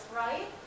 right